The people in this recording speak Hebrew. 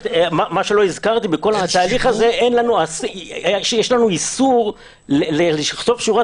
בכל התהליך הזה יש לנו איסור לכתוב שורת